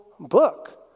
book